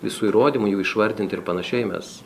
visų įrodymų jų išvardint ir panašiai mes